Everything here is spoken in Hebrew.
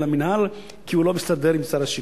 המינהל כי הוא לא מסתדר עם שר השיכון.